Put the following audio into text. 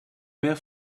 mehr